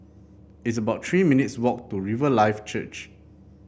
it's about Three minutes walk to Riverlife Church